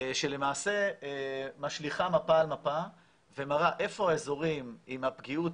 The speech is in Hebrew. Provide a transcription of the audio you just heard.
שלמעשה משליכה מפה על מפה ומראה איפה האזורים עם פגיעות